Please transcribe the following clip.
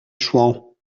chouans